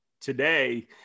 today